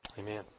Amen